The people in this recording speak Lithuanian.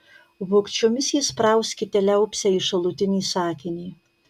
vogčiomis įsprauskite liaupsę į šalutinį sakinį